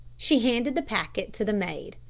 she handed the packet to the maid.